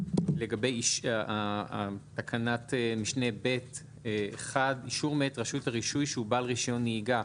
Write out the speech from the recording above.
לגבי תקנת משנה (ב)(1) אישור מאת רשות הרישוי שהוא בעל רישיון נהיגה.